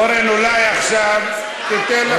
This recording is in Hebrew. אורן, אולי עכשיו אני אתן לך?